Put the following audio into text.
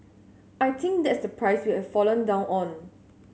I think that's the prize we have fallen down on